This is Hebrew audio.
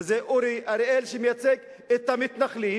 וזה אורי אריאל שמייצג את המתנחלים.